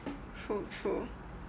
true true